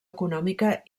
econòmica